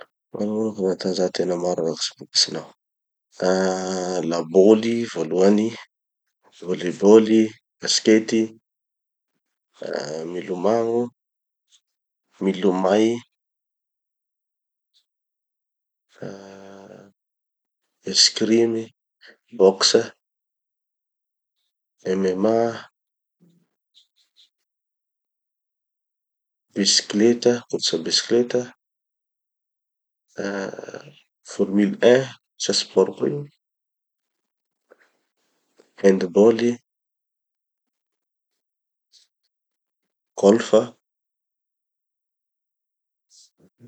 manognona fanatanjahantena maro araky ze fantatsinao. Ah laboly, voalohany, volley-ball, baskety, ah milomagno, milomay, ah escrime, boxe, MMA, bisikileta, course bisikelata, ah formule raiky, satria sport koa reo, handball, golf.